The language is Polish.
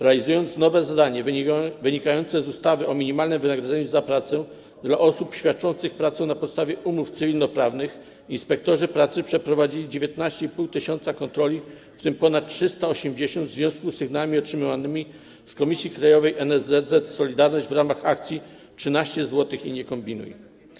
Realizując nowe zadanie wynikające z ustawy o minimalnym wynagrodzeniu za pracę dla osób świadczących pracę na podstawie umów cywilnoprawnych, inspektorzy pracy przeprowadzili 19,5 tys. kontroli, w tym ponad 380 w związku z sygnałami otrzymywanymi z Komisji Krajowej NSZZ „Solidarność” w ramach akcji „13 zł... i nie kombinuj”